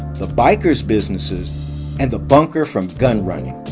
the biker's businesses and the bunker from gunrunning.